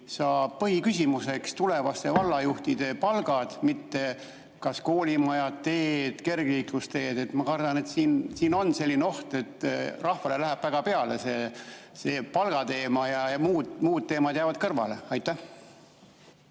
saavad põhiküsimuseks tulevaste vallajuhtide palgad, mitte koolimajad, teed, kergliiklusteed. Ma kardan, et siin on selline oht, et rahvale läheb väga peale see palgateema ja muud teemad jäävad kõrvale. Aitäh,